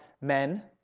men